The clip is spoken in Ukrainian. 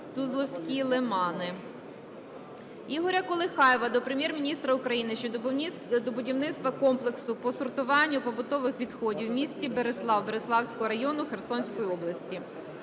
"Тузловські лимани". Ігоря Колихаєва до Прем'єр-міністра України щодо будівництва комплексу по сортуванню побутових відходів в місті Берислав Бериславського району Херсонської області.